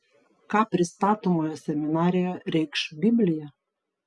ką pristatomoje seminarijoje reikš biblija